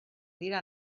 dira